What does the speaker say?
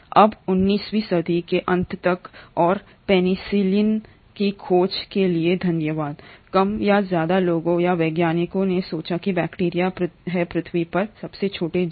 अब 19वींसदीके अंत तकऔर पेनिसिलिन की खोज के लिए धन्यवाद कम या ज्यादा लोगों या वैज्ञानिकों ने सोचा कि बैक्टीरिया हैं पृथ्वी पर सबसे छोटे संभव जीव